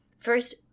First